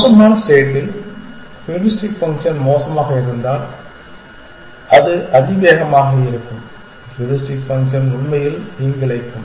மோசமான ஸ்டேட்டில் heuristic function மோசமாக இருந்தால் அது அதிவேகமாக இருக்கும் ஹூரிஸ்டிக் ஃபங்க்ஷன் உண்மையில் தீங்கிழைக்கும்